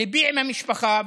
ליבי עם המשפחה.